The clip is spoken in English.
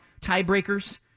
tiebreakers